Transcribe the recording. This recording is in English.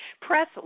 Press